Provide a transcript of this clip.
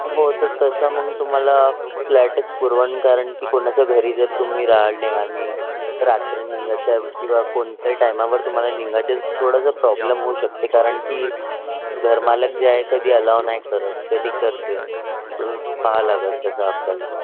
हो तर तसं मग तुम्हाला फ्लॅटच पुरवंल कारण की कोणाच्या घरी जर तुम्ही राहिले आणि रात्र निघायच्या किंवा कोणत्याही टायमावर तुम्हाला निघायचं आहे थोडासा प्रॉब्लेम होऊ शकते कारण की घरमालक जे आहे कधी अलाव नाही करत कधी करते तर पहावं लागेल तसं आपल्याला